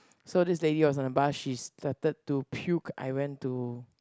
so this lady was on the bus she started to puke I went to